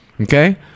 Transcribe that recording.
okay